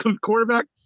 quarterback